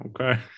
okay